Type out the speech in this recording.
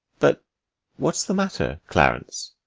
but what's the matter, clarence?